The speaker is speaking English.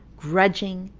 grudging,